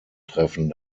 treffen